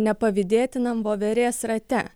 nepavydėtinam voverės rate